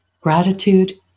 gratitude